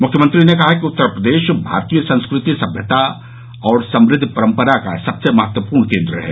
मुख्यमंत्री ने कहा कि उत्तर प्रदेश भारतीय संस्कृति सभ्यता और समृद्व परम्परा का सबसे महत्वपूर्ण केन्द्र है